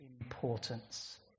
importance